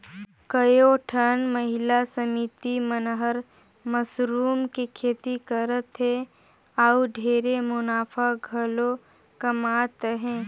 कयोठन महिला समिति मन हर मसरूम के खेती करत हें अउ ढेरे मुनाफा घलो कमात अहे